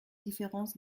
différence